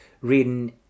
reading